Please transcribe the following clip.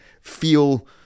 feel